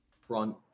front